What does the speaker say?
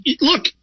Look